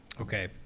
Okay